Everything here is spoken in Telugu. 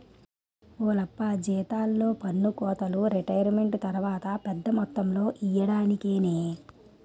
ఓలప్పా జీతాల్లో పన్నుకోతలు రిటైరుమెంటు తర్వాత పెద్ద మొత్తంలో ఇయ్యడానికేనే